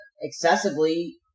excessively